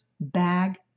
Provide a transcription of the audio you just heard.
bag